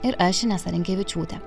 ir aš inesa rinkevičiūtė